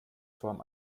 form